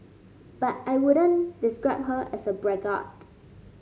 but I wouldn't describe her as a braggart